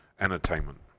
entertainment